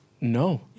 no